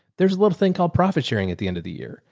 there's a little thing called profit sharing at the end of the year.